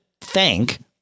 thank